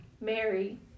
Mary